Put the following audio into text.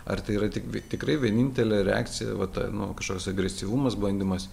ar tai yra tik vi tikrai vienintelė reakcija va ta nu kažkos agresyvumas bandymas